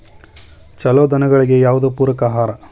ಛಲೋ ದನಗಳಿಗೆ ಯಾವ್ದು ಪೂರಕ ಆಹಾರ?